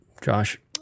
Josh